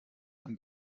and